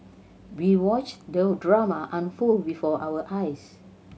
we watched the drama unfold before our eyes